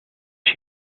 she